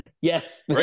Yes